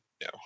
no